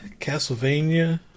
Castlevania